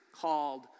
called